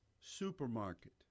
supermarket